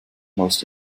most